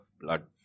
blood